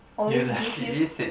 always give you